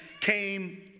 came